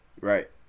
Right